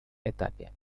этапе